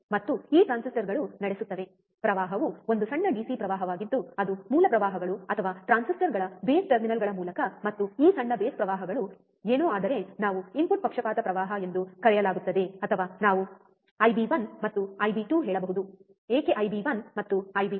ಮತ್ತು ಈ ಟ್ರಾನ್ಸಿಸ್ಟರ್ಗಳು ನಡೆಸುತ್ತವೆ ಪ್ರವಾಹವು ಒಂದು ಸಣ್ಣ ಡಿಸಿ ಪ್ರವಾಹವಾಗಿದ್ದು ಅದು ಮೂಲ ಪ್ರವಾಹಗಳು ಅಥವಾ ಟ್ರಾನ್ಸಿಸ್ಟರ್ಗಳ ಬೇಸ್ ಟರ್ಮಿನಲ್ಗಳ ಮೂಲಕ ಮತ್ತು ಈ ಸಣ್ಣ ಬೇಸ್ ಪ್ರವಾಹಗಳು ಏನೂಆದರೆ ನಾವು ಇನ್ಪುಟ್ ಪಕ್ಷಪಾತ ಪ್ರವಾಹ ಎಂದು ಕರೆಯಲಾಗುತ್ತದೆ ಅಥವಾ ನಾವು ಐಬಿ1ಮತ್ತು ಐಬಿ2 ಹೇಳಬಹುದು ಏಕೆ ಐಬಿ1 ಮತ್ತು ಐಬಿ2